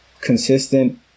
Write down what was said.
Consistent